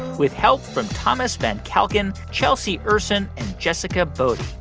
with help from thomas van calkin, chelsea ursin and jessica bodie.